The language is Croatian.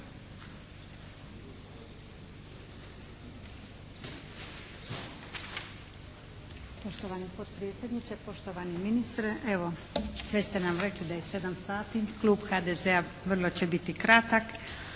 Poštovani potpredsjedniče, poštovani ministre. Evo već ste nam rekli da je 7 sati, klub HDZ-a vrlo će biti kratak